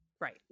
right